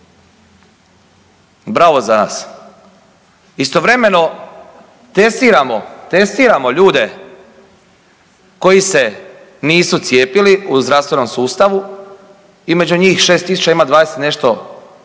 Bravo za nas. Istovremeno testiramo, testiramo ljude koji se nisu cijepili u zdravstvenom sustavu i među njih 6000 ima 20 i nešto koji